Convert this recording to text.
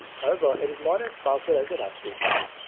however, it is not as powerful as a raspberry pi.